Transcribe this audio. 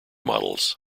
models